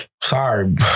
Sorry